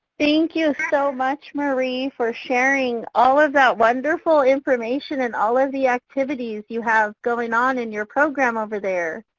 thank you so much, marie, for sharing all of that wonderful information and all of the activities you have going on in your program over there.